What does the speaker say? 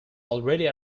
already